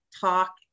talk